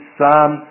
Psalm